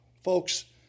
Folks